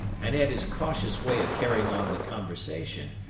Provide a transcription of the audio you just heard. and at his cautious way of carrying on the conversation,